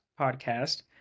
podcast